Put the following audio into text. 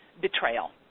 betrayal